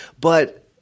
but-